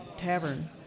Tavern